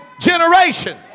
generation